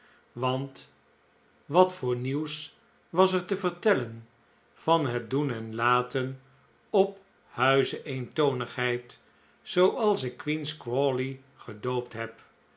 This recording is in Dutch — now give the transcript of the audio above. want wat voor nieuws was er te vertellen van het doen en laten op huize eentonigheid zooals ik queen's crawley gedoopt heb